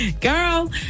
Girl